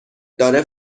داره